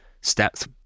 steps